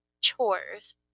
chores